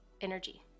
energy